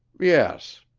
yes.